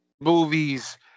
movies